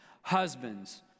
Husbands